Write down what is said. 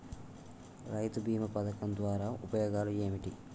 రైతు బీమా పథకం ద్వారా ఉపయోగాలు ఏమిటి?